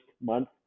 month